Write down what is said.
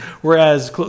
Whereas